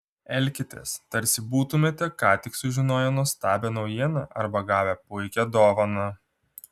elkitės tarsi būtumėte ką tik sužinoję nuostabią naujieną arba gavę puikią dovaną